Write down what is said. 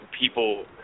people